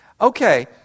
okay